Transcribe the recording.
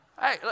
Hey